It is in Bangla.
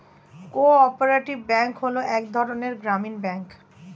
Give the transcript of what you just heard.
কো অপারেটিভ ব্যাঙ্ক হলো এক ধরনের গ্রামীণ ব্যাঙ্ক